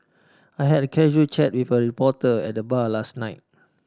I had a casual chat with a reporter at the bar last night